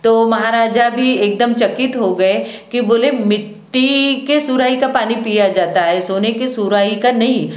तो महाराजा भी एकदम चकित हो गए कि बोले मिट्टी के सुराही का पानी पिया जाता है सोने की सुराही का नई